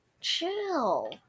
chill